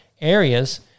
areas